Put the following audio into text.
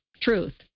truth